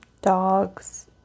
Dogs